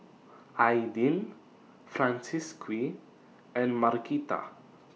Aidyn Francisqui and Markita